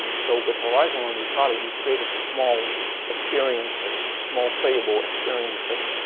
so with horizon when we started, we created small experiences, small playable experiences,